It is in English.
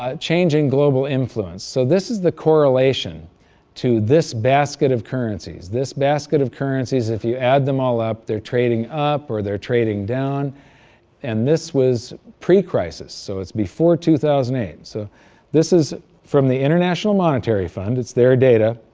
ah change in global influence so this is the correlation to this basket of currencies. this basket of currencies, if you add them all up, they're trading up or they're trading down and this was pre-crisis, so it's before two thousand and eight, so this is from the international monetary fund, it's their data